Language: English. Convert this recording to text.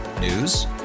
News